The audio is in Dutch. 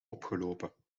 opgelopen